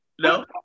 no